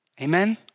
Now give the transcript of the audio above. Amen